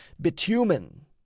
bitumen